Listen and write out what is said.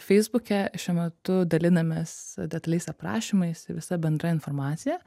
feisbuke šiuo metu dalinamės detaliais aprašymais i visa bendra informacija